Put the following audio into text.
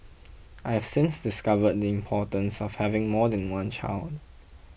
I have since discovered the importance of having more than one child